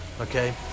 Okay